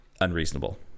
unreasonable